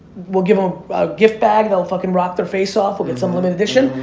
we'll give them a gift bag that'll fucking rock their face off. we'll get someone to addition.